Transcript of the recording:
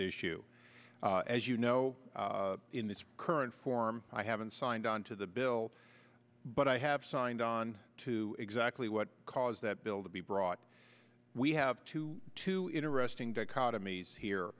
issue as you know in this current form i haven't signed on to the bill but i have signed on to exactly what caused that bill to be brought we have to two interesting dichotomies here